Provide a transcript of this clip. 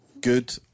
good